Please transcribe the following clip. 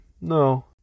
no